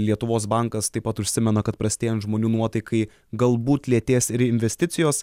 lietuvos bankas taip pat užsimena kad prastėjant žmonių nuotaikai galbūt lėtės ir investicijos